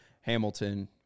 Hamilton